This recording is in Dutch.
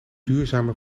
duurzame